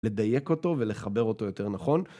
לדייק אותו ולחבר אותו יותר נכון.